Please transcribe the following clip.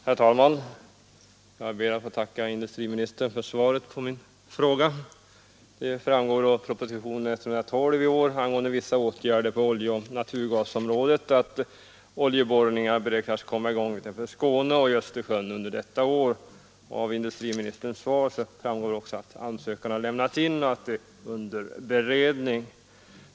Herr talman! Jag ber att få tacka industriministern för svaret på min fråga. Det framgår av propositionen 112 i år angående vissa åtgärder på oljeoch naturgasområdet att oljeborrningar beräknas komma i gång utanför Skåne och i Östersjön detta år. Av industriministerns svar framgår också att ansökan har lämnats in och är under beredning.